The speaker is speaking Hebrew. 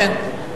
כן.